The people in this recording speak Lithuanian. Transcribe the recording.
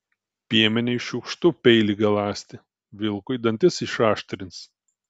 piemeniui šiukštu peilį galąsti vilkui dantis išaštrins